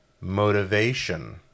motivation